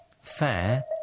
Fair